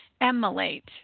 emulate